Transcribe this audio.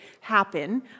happen